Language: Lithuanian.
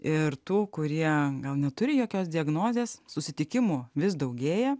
ir tų kurie gal neturi jokios diagnozės susitikimų vis daugėja